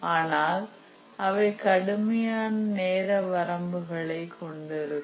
ஆனால் அவை கடுமையான நேர வரம்புகளை டெட் லைன் கொண்டிருக்கும்